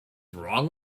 wrong